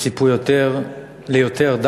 ציפו ליותר,